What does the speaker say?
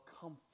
comfort